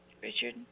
Richard